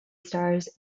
stars